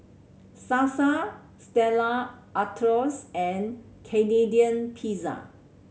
Sasa Stella Artois and Canadian Pizza